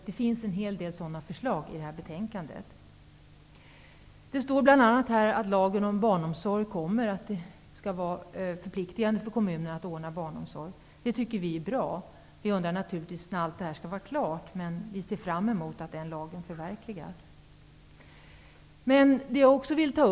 Det finns en hel del förslag på det området i betänkandet. Det sägs bl.a. att enligt lagen om barnomsorg skall det vara förpliktigande för kommunerna att ordna barnomsorg. Det tycker vi är bra. Vi undrar naturligtvis när allt det här skall bli klart, men vi ser fram emot att den lagen skall förverkligas.